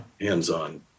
hands-on